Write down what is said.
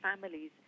families